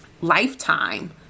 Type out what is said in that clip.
lifetime